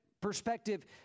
perspective